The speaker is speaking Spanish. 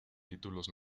títulos